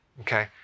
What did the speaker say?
okay